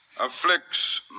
afflicts